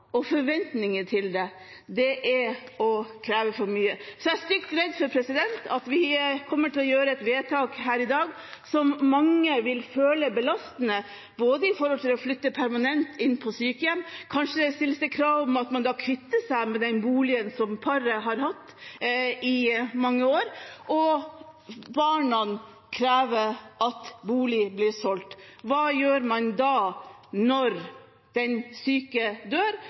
og ha forventninger om det – det er å kreve for mye. Jeg er stygt redd for at vi kommer til å gjøre et vedtak her i dag som mange vil føle belastende, med tanke på å flytte permanent inn på sykehjem. Kanskje stilles det krav om at man kvitter seg med den boligen som paret har hatt i mange år, og barna krever at boligen blir solgt. Hva gjør man da når den syke dør,